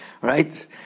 Right